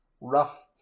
rough